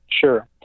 sure